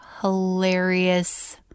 hilarious